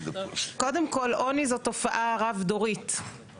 קודם כל עוני זו תופעה רב דורית,